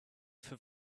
for